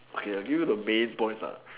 okay I give you the main points lah